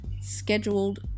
scheduled